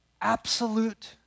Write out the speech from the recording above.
absolute